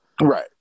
right